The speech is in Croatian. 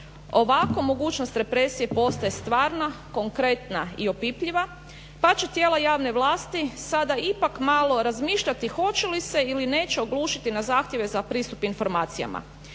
Ovako mogućnost represije postaje stvarna, konkretna i opipljiva pa će tijela javne vlasti sada ipak malo razmišljati hoće li se ili neće oglušiti na zahtjeve na pristup informacijama.